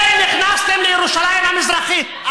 למה אתם נכנסתם לירושלים המזרחית.